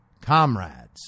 comrades